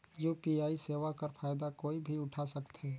UPI सेवा कर फायदा कोई भी उठा सकथे?